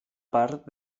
part